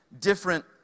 different